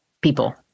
people